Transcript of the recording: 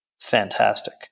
fantastic